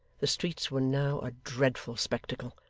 the streets were now a dreadful spectacle.